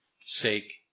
sake